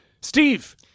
steve